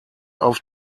auf